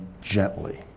gently